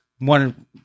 One